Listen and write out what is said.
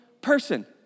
person